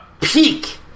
peak